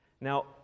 Now